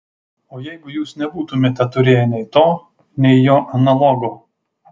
o jeigu jūs nebūtumėte turėję nei to nei jo analogo